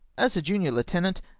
as junior heutenant,